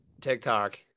TikTok